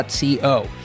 .co